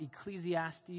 Ecclesiastes